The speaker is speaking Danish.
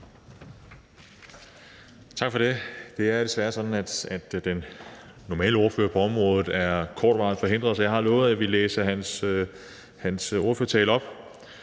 Tak for det. Det er desværre sådan, at den sædvanlige ordfører på området er kortvarigt forhindret, så jeg har lovet at ville læse hans ordførertale op,